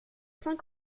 saint